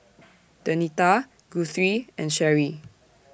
Denita Guthrie and Cheri